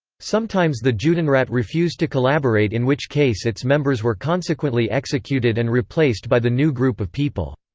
sometimes the judenrat refused to collaborate in which case its members were consequently executed and replaced by the new group of people.